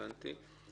הבנתי.